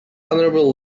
honorable